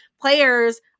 players